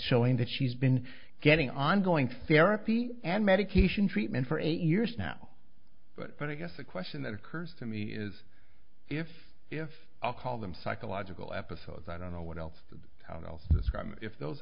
showing that she's been getting ongoing therapy and medication treatment for eight years now but i guess the question that occurs to me is if if i'll call them psychological episodes i don't know what else how else is crime if those